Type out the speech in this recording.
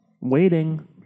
waiting